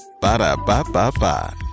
Ba-da-ba-ba-ba